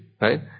right